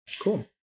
Cool